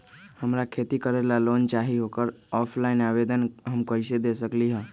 हमरा खेती करेला लोन चाहि ओकर ऑफलाइन आवेदन हम कईसे दे सकलि ह?